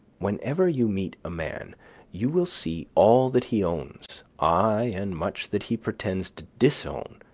whenever you meet a man you will see all that he owns, ay, and much that he pretends to disown,